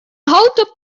houten